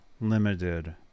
limited